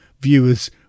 viewers